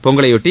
பொங்கலையொட்டி